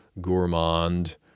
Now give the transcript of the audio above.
gourmand